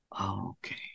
Okay